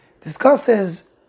discusses